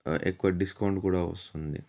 ఎక్కువ డిస్కౌంట్ కూడా వస్తుంది